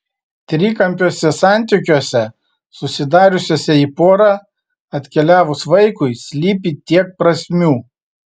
trikampiuose santykiuose susidariusiuose į porą atkeliavus vaikui slypi tiek prasmių